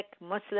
Muslim